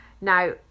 Now